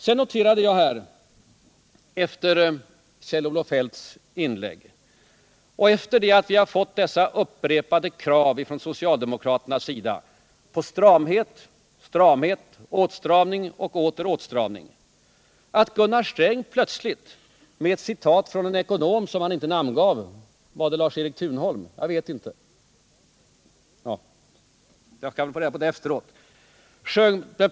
Sedan noterade jag efter Kjell-Olof Feldts inlägg och efter det att vi fått dessa upprepade krav från socialdemokraternas sida på stramhet — åtstramning och åter åtstramning — att Gunnar Sträng plötsligt med ett citat från en ekonom som han inte namngav — var det Lars-Erik Thunholm?